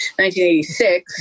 1986